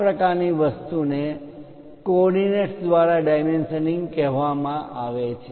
આ પ્રકારની વસ્તુ ને કોઓર્ડિનેટ્સ દ્વારા ડાયમેન્શનિંગ કહેવામાં આવે છે